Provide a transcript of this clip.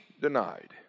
denied